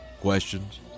questions